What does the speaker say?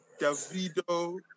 Davido